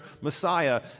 Messiah